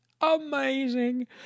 amazing